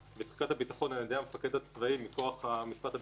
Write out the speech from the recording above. בחקיקת הביטחון על-ידי המפקד הצבאי מכורח המשפט הבין-לאומי,